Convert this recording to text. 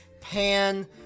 pan